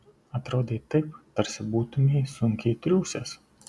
atrodai taip tarsi būtumei sunkiai triūsęs